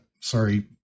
sorry